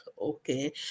okay